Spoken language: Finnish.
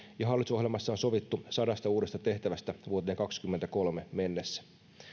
ja hallitusohjelmassa on sovittu sadasta uudesta tehtävästä vuoteen kahdessakymmenessäkolmessa mennessä